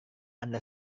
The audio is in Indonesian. anda